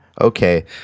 Okay